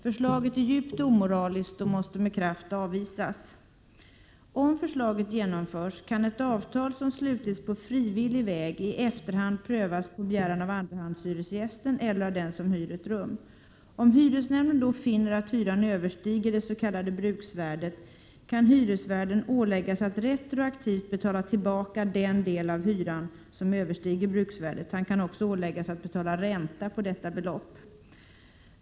Förslaget är djupt omoraliskt och måste med kraft avvisas. Om förslaget genomförs kan ett avtal som slutits på frivillig väg i efterhand prövas på begäran av andrahandshyresgästen eller av den som hyr ett rum. Om hyresnämnden då finner att hyran överstiger det s.k. bruksvärdet kan hyresvärden åläggas att retroaktivt betala tillbaka den del av hyran som överstiger bruksvärdet. Han kan också åläggas att betala ränta på detta belopp.